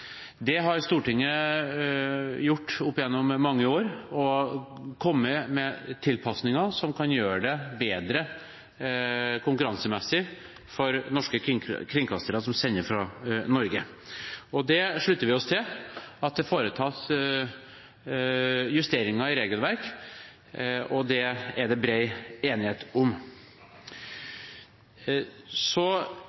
Det har Stortinget gjort opp gjennom mange år og kommet med tilpasninger som kan gjøre det bedre konkurransemessig for norske kringkastere som sender fra Norge. Vi slutter oss til at det foretas justeringer i regelverket, og det er det bred enighet om.